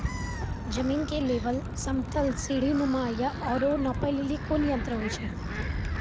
जमीन के लेवल समतल सीढी नुमा या औरो नापै लेली कोन यंत्र होय छै?